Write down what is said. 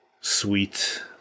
Sweet